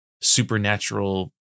supernatural